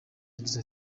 yagize